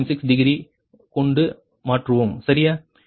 6 degree கொண்டு மாற்றுவோம் சரியா இது 58